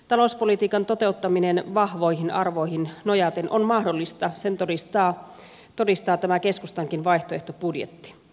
talouspolitiikan toteuttaminen vahvoihin arvoihin nojaten on mahdollista sen todistaa tämä keskustankin vaihtoehtobudjetti